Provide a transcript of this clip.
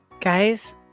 Guys